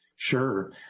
Sure